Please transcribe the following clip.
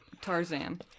Tarzan